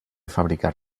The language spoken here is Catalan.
fabricar